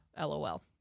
LOL